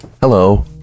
Hello